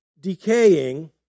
decaying